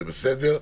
זה בסדר,